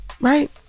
Right